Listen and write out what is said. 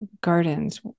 gardens